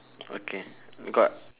okay got